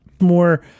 more